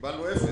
קיבלנו אפס.